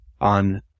on